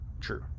True